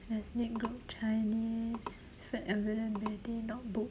ethnic group chinese flat availability not booked